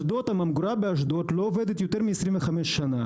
הממגורה באשדוד לא עובדת יותר מ-25 שנה.